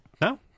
no